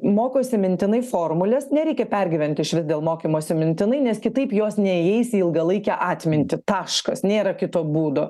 mokosi mintinai formules nereikia pergyventi išvis dėl mokymosi mintinai nes kitaip jos neįeisi į ilgalaikę atmintį taškas nėra kito būdo